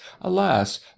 alas